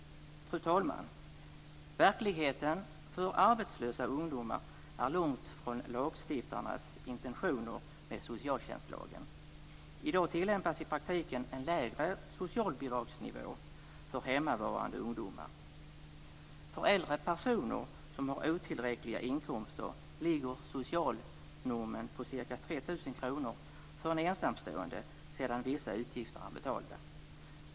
Fru talman! Verkligheten för arbetslösa ungdomar är långt från lagstiftarnas intentioner med socialtjänstlagen. I dag tillämpas i praktiken en lägre socialbidragsnivå för hemmavarande ungdomar. För äldre personer som har otillräckliga inkomster ligger socialnormen på ca 3 000 kr för en ensamstående sedan vissa utgifter är betalda.